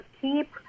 keep